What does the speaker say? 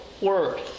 word